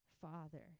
father